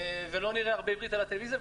ולא נראה הרבה עברית בטלוויזיה,